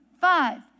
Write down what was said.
Five